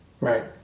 Right